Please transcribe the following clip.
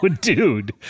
dude